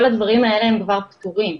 כל הדברים האלה הם כבר סדורים.